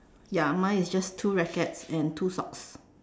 ya mine is just two rackets and two socks